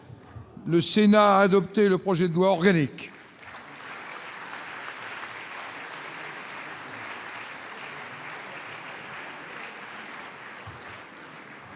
Le Sénat a adopté le projet de loi organique